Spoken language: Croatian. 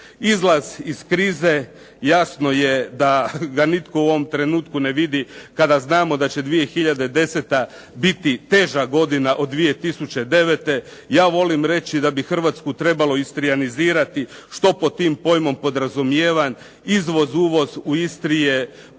Izlaz iz krize jasno je da ga nitko u ovom trenutku ne vidi, kada znamo da će 2010. biti teža godina od 2009. Ja volim reći da bi Hrvatsku trebalo istrijanizirati, što pod tim pojmom podrazumijevam? Izvoz, uvoz u Istri je